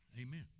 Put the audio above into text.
Amen